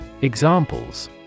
Examples